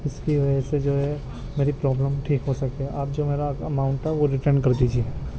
اس کی وجہ سے جو ہے میری پرابلم ٹھیک ہو سکتی ہے آپ جو میرا اماؤنٹ تھا وہ ریٹرن کر دیجئے